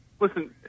listen